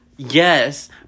Yes